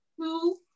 two